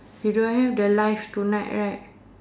you don't have the live tonight right